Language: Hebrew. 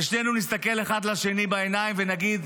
ושנינו נסתכל אחד לשני בעיניים ונגיד,